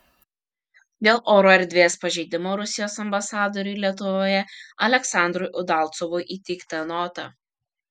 dėl oro erdvės pažeidimo rusijos ambasadoriui lietuvoje aleksandrui udalcovui įteikta nota